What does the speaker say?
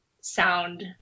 sound